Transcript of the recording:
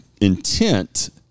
intent